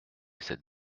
cette